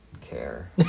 care